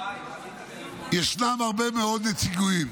ישנם הרבה מאוד נציגים.